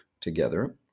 Together